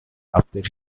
after